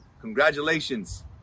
Congratulations